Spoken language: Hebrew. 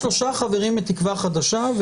יש שלושה חברים מתקווה חדשה,